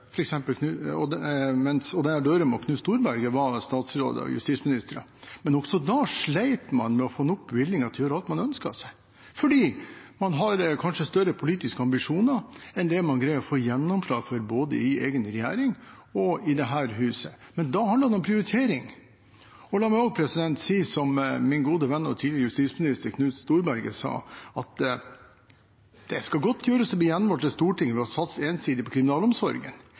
Dørum og Knut Storberget var justisministre. Også da slet man med å få nok bevilgninger til å gjøre alt man ønsket seg – man har kanskje større politiske ambisjoner enn det man greier å få gjennomslag for, både i egen regjering og i dette huset – men da handlet det om prioritering. La meg si som min gode venn og tidligere justisminister Knut Storberget sa: Det skal godt gjøres å bli gjenvalgt til Stortinget ved ensidig å satse på kriminalomsorgen.